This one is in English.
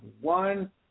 one